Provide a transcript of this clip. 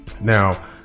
Now